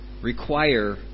require